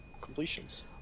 completions